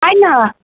काहे लऽ